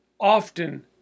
often